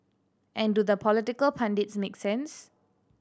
and do the political pundits make sense